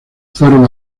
fueron